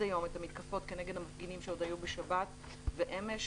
היום את המתקפות כנגד המפגינים בשבת ואמש,